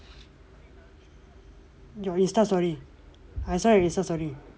your instastory I saw your instastory